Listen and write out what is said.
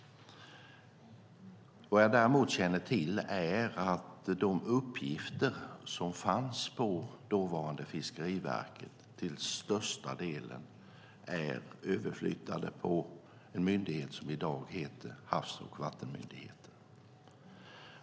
Vad jag däremot känner till är att de uppgifter som fanns på dåvarande Fiskeriverket till största delen är överflyttade på en myndighet som heter Havs och vattenmyndigheten.